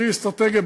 הכי אסטרטגי,